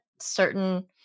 certain